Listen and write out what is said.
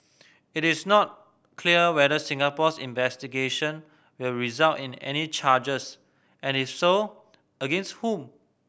it is not clear whether Singapore's investigation will result in any charges and if so against whom